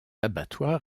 abattoir